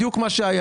בדיוק כמו שהיה.